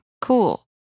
Cool